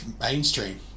mainstream